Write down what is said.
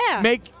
make